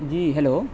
جی hello